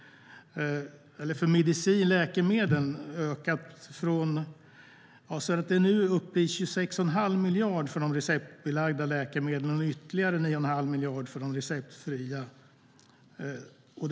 De är nu uppe i 26 1⁄2 miljard för de receptbelagda läkemedlen och ytterligare 9 1⁄2 miljard för de receptfria.